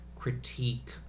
Critique